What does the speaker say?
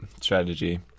strategy